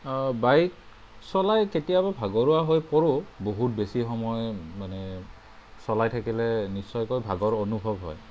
bike চলাই কেতিয়াবা ভাগৰুৱা হৈ পৰোঁ বহুত বেছি সময় মানে চলাই থাকিলে নিশ্চয়কৈ ভাগৰ অনুভব হয়